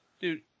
Dude